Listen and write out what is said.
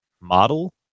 model